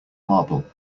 marble